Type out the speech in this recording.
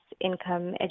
income